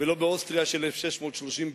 לא באוסטריה של 1630,